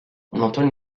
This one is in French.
entend